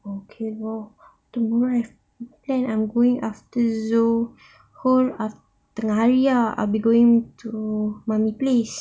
okay lor tomorrow I've then I'm going after zoo whole tengah hari ah I'll be going to mummy's place